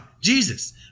Jesus